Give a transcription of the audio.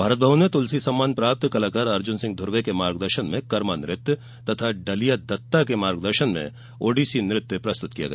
भारत भवन में तुलसी सम्मान प्राप्त कलाकार अर्जुन सिंह धुर्वे के मार्गदर्शन में करमा नृत्य तथा डलिया दत्ता के मार्ग दर्शन में ओडिसी नृत्य प्रस्तुत किया गया